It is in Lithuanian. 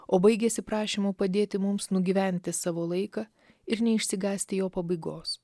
o baigiasi prašymu padėti mums nugyventi savo laiką ir neišsigąsti jo pabaigos